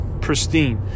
pristine